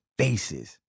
faces